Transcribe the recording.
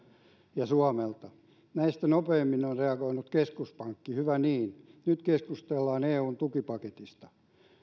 ja suomelta näistä nopeimmin on reagoinut keskuspankki hyvä niin nyt keskustellaan eun tukipaketista